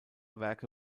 werke